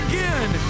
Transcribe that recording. Again